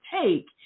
take